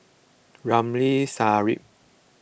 Ramli Sarip